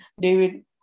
David